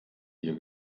ihr